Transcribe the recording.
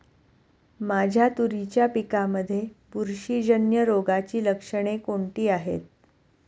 माझ्या तुरीच्या पिकामध्ये बुरशीजन्य रोगाची लक्षणे कोणती आहेत?